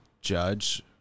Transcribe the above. Judge